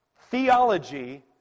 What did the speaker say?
theology